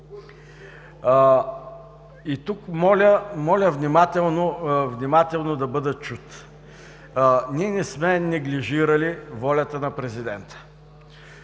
И тук моля внимателно да бъда чут. Ние сме неглижирали волята на президента.